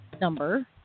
number